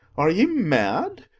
are ye mad,